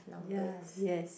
ya yes